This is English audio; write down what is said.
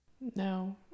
No